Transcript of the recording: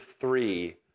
three